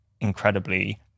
incredibly